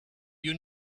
you